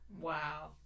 Wow